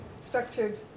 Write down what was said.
structured